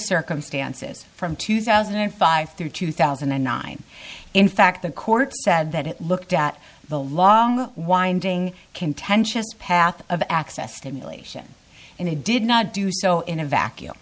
circumstances from two thousand and five through two thousand and nine in fact the court said that it looked at the long winding contentious path of access to malaysian and they did not do so in a vacuum